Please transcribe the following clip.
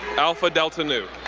alpha delta nu.